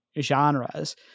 genres